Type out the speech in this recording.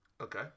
Okay